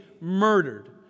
murdered